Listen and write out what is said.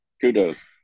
kudos